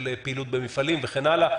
של פעילות במפעלים וכן הלאה,